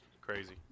Crazy